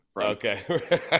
Okay